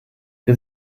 wir